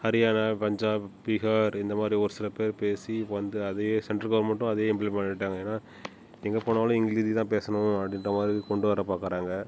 ஹரியானா பஞ்சாப் பீகார் இந்தமாதிரி ஒரு சில பேர் பேசி வந்து அதையே சென்ட்ரல் கவர்மெண்ட்டும் அதே இம்ப்ளி பண்ணிவிட்டாங்க ஏன்னா எங்கே போனாலும் ஹிந்தி தான் பேசணும் அப்படின்ற மாரி கொண்டு வர பார்க்கறாங்க